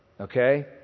Okay